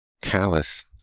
callous